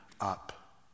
up